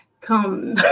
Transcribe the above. come